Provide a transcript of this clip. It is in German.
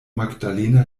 magdalena